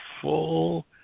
full